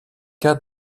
cas